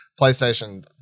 PlayStation